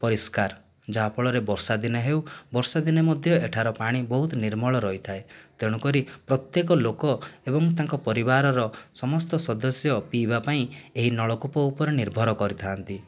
ପରିଷ୍କାର ଯାହା ଫଳରେ ବର୍ଷା ଦିନେ ହେଉ ବର୍ଷା ଦିନେ ମଧ୍ୟ ଏଠାର ପାଣି ବହୁତ ନିର୍ମଳ ରହିଥାଏ ତେଣୁ କରି ପ୍ରତ୍ୟେକ ଲୋକ ଏବଂ ତାଙ୍କ ପରିବାରର ସମସ୍ତ ସଦସ୍ୟ ପିଇବା ପାଇଁ ଏହି ନଳକୂପ ଉପରେ ନିର୍ଭର କରିଥାନ୍ତି